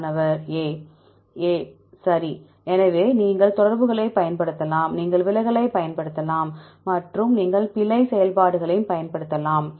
மாணவர் A A சரி எனவே நீங்கள் தொடர்புகளைப் பயன்படுத்தலாம் நீங்கள் விலகலைப் பயன்படுத்தலாம் மற்றும் நீங்கள் எந்த பிழை செயல்பாட்டையும் பயன்படுத்தலாம்